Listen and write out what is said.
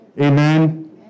Amen